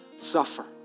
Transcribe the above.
suffer